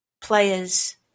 player's